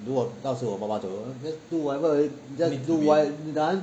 如果到时候我爸爸走 just do whatever just do what done